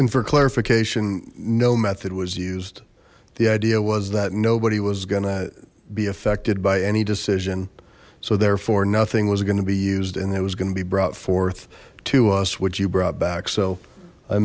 and for clarification no method was used the idea was that nobody was gonna be affected by any decision so therefore nothing was going to be used and it was going to be brought forth to us which you brought back so i